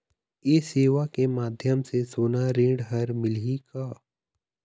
ये सेवा के माध्यम से सोना ऋण हर मिलही का?